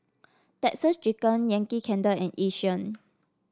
Texas Chicken Yankee Candle and Yishion